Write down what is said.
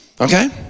Okay